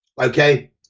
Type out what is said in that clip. okay